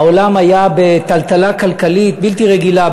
העולם היה בטלטלה כלכלית בלתי רגילה.